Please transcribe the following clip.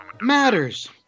matters